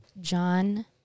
John